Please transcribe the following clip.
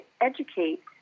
educate